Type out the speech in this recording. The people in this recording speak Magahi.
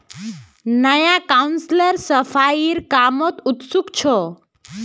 नया काउंसलर सफाईर कामत उत्सुक छ